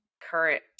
current